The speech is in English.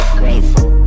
grateful